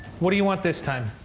what do you want this time?